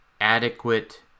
adequate